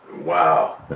wow.